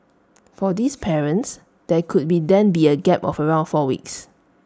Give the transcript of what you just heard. for these parents there could then be A gap of around four weeks